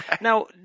Now